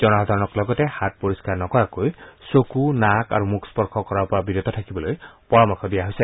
জনসাধাৰণক লগতে হাত পৰিষ্কাৰ নকৰাকৈ চকু নাক আৰু মুখ স্পৰ্শ কৰাৰ পৰা বিৰত থাকিবলৈ পৰামৰ্শ দিয়া হৈছে